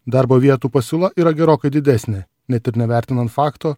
darbo vietų pasiūla yra gerokai didesnė net ir nevertinant fakto